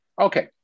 Okay